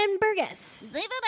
Burgess